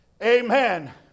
amen